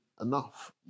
enough